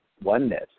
oneness